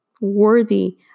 worthy